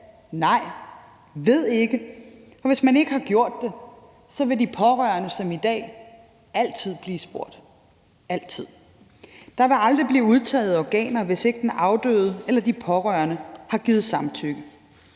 nej, ved ikke. Og hvis man ikke har gjort det, vil de pårørende som i dag altid blive spurgt – altid. Der vil aldrig blive udtaget organer, hvis ikke den afdøde eller de pårørende har givet samtykke